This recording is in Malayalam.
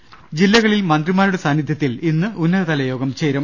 ദർവ്വഹിച്ച ജില്ലകളിൽ മന്ത്രിമാരുടെ സാന്നിധ്യത്തിൽ ഇന്ന് ഉന്നതതല യോഗം ചേരും